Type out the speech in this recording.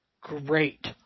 great